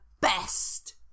best